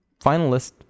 Finalist